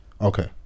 Okay